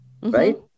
right